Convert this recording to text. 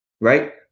right